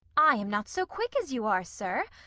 i am not so quick as you are, sir,